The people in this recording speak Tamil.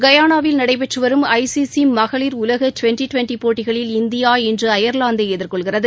கயானாவில் நடைபெறும் ஐ சி சி மகளிர் உலக டுவெண்டி டுவெண்டி போட்டிகளில் இந்தியா இன்று அயர்லாந்தை எதிர்கொள்கிறது